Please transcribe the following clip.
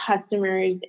customers